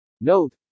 Note